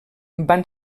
van